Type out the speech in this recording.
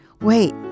wait